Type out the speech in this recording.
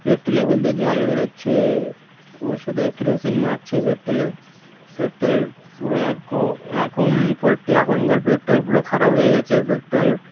পেট্রোলে খুলতে জল বেরোচ্ছে ওর সাথে কেরোসিন মারছে পেট্রোলে পেট্রোল পুরো এক এখন এখনকার পেট্রোল পুরো খারাপ হয়ে গিয়েছে পেট্রোল